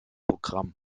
programm